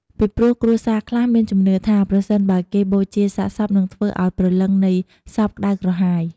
ពីព្រោះគ្រួសារខ្លះមានជំនឿថា ប្រសិនបើគេបូជាសាកសពនិងធ្វើអោយព្រលឹងនៃសពក្ដៅក្រហាយ។